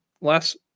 last